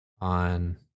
on